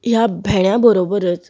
ह्या भेण्या बरोबरच